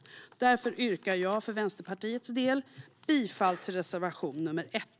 Därför yrkar jag för Vänsterpartiets del bifall till reservation nr 1.